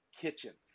kitchens